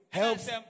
helps